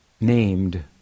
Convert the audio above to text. named